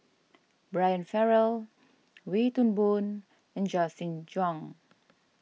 Brian Farrell Wee Toon Boon and Justin Zhuang